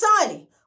sunny